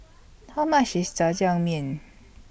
How much IS Jajangmyeon